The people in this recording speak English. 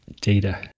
data